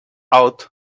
out